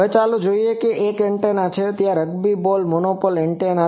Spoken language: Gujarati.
હવે ચાલો જોઈએ એક એન્ટેના જે છે રગ્બી બોલ મોનોપોલ એન્ટેના